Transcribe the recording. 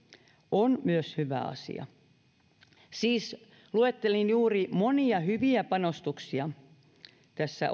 on myös hyvä asia luettelin siis juuri monia hyviä panostuksia tässä